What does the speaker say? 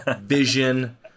vision